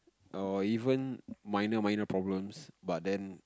or even minor minor problems but then